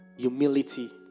Humility